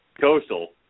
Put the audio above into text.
Coastal